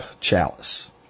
Chalice